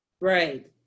Right